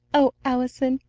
o allison!